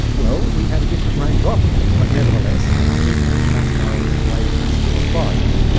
well, we have a different range of options, but nevertheless the thinking of pascal's wager still applies.